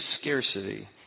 scarcity